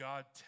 God